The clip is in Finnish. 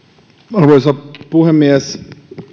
arvoisa puhemies